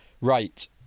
Right